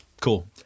cool